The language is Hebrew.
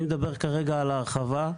אני מדבר כרגע על ההרחבה.